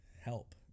help